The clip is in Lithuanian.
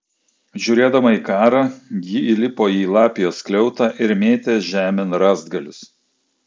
žiūrėdama į karą ji įlipo į lapijos skliautą ir mėtė žemėn rąstgalius